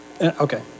Okay